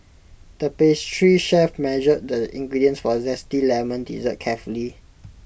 the pastry chef measured the ingredients for A Zesty Lemon Dessert carefully